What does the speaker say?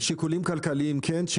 שיקולים כלכליים כן,